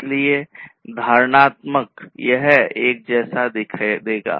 इसलिए धारणात्मक यह इसके जैसा दिखेगा